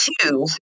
two